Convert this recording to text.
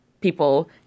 People